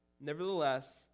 Nevertheless